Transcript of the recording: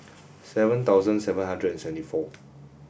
seven thousand seven hundred and seventy four